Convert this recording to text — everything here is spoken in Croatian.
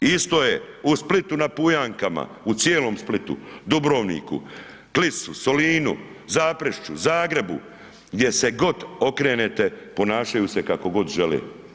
I isto je u Splitu na Pujankama, u cijelom Splitu, Dubrovniku, Klisu, Solinu, Zaprešiću, Zagrebu, gdje se god okrenete ponašaju se kako god žele.